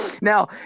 now